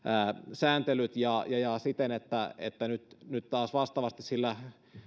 sääntelyt ja että nyt nyt sillä